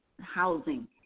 housing